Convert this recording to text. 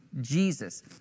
Jesus